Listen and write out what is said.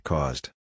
Caused